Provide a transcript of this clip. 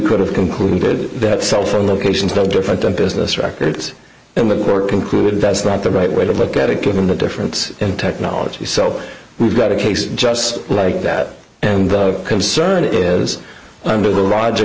could have concluded that cell phone locations no different than business records and the court concluded that's not the right way to look at it given the difference in technology so we've got a case just like that and concern it is under the logic